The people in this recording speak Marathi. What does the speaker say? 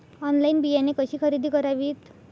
ऑनलाइन बियाणे कशी खरेदी करावीत?